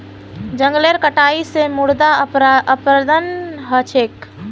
जंगलेर कटाई स मृदा अपरदन ह छेक